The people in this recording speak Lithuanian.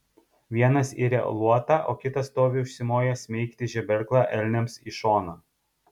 vienas iria luotą o kitas stovi užsimojęs smeigti žeberklą elniams į šoną